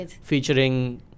featuring